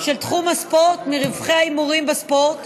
של תחום הספורט מרווחי ההימורים בספורט